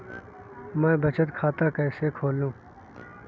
मैं बचत खाता कैसे खोलूं?